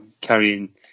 carrying